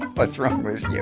what's wrong with you?